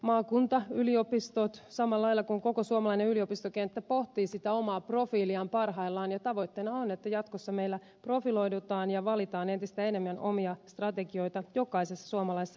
maakuntayliopistot samalla lailla kuin koko suomalainen yliopistokenttä pohtivat sitä omaa profiiliaan parhaillaan ja tavoitteena on että jatkossa meillä profiloidutaan ja valitaan entistä enemmän omia strategioita jokaisessa suomalaisessa yliopistossa